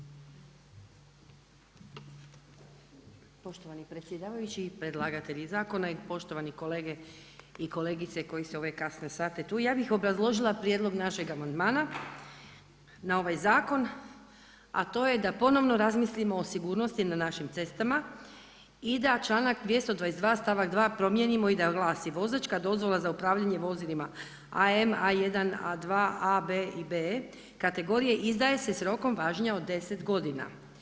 Poštovani predsjedavajući, predlagatelji zakona i poštovani kolege i kolegice koji ste u ove kasne sate tu. ja bih obrazložila prijedlog našeg amandmana na ovaj zakon a to je da ponovno razmislimo o sigurnosti na našim cestama i da članak 222. stavak 2. promijenimo i da glasi: Vozačka dozvola za upravljanje vozilima AM, A1, A2, AB i B kategorije izdaje se sa rokom važenja od 10 godina.